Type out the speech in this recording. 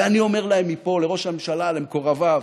ואני אומר להם מפה, לראש הממשלה, למקורביו: